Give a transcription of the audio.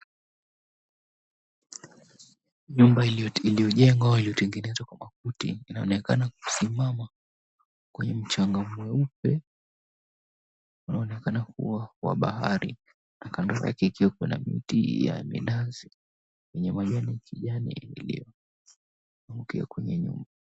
Nyumba iliyojengwa waliotengenezwa kwa kuti inaonekana kusimama kwenye mchanga mweupe inaonekana kuwa wa bahari akaondoka kiko na binti ya minazi ni wenye nyumba.